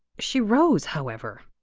she rose, however,